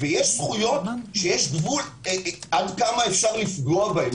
יש זכויות שיש גבול עד כמה אפשר לפגוע בהן.